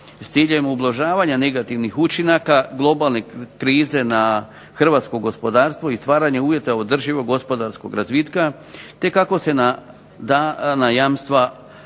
s ciljem ublažavanja negativnih učinaka globalne krize na hrvatsko gospodarstvo i stvaranja uvjeta održivog gospodarskog razvitka, te kako se .../Govornik